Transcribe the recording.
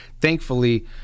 thankfully